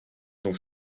nog